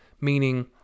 meaning